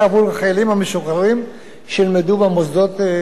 המשוחררים אשר ילמדו במוסדות כאמור.